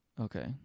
Okay